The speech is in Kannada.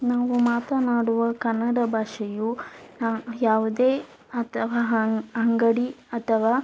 ನಾವು ಮಾತನಾಡುವ ಕನ್ನಡ ಭಾಷೆಯು ಯಾವುದೇ ಅಥವಾ ಅಂಗಡಿ ಅಥವಾ